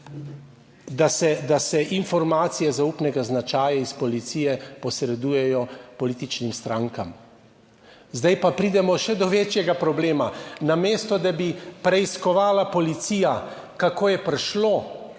da se informacije zaupnega značaja iz policije posredujejo političnim strankam. Zdaj pa pridemo še do večjega problema. Namesto, da bi preiskovala policija, kako je prišlo